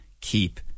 keep